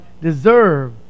deserve